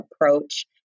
approach